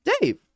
Dave